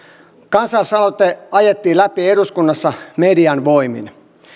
kansalaisaloite ajettiin läpi eduskunnassa median voimin